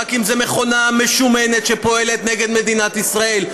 רק אם זו מכונה משומנת שפועלת נגד מדינת ישראל.